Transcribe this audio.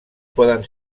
poden